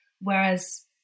whereas